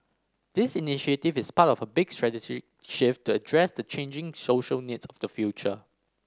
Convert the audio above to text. this initiative is part of a big strategic shift to address the changing social needs of the future